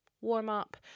warm-up